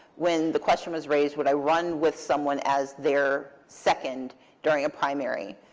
when the question was raised, would i run with someone as their second during a primary,